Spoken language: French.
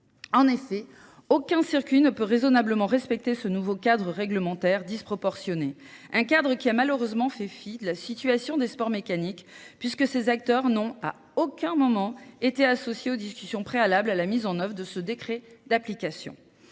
En effet, aucun circuit ne peut raisonnablement respecter ce nouveau cadre réglementaire disproportionné. Un cadre qui a malheureusement fait fi de la situation des sports mécaniques puisque ces acteurs n'ont à aucun moment été associés aux discussions préalables à la mise en œuvre de ce décret d'application.